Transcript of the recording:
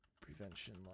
prevention